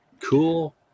Cool